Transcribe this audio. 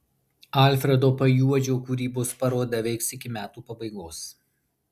alfredo pajuodžio kūrybos paroda veiks iki metų pabaigos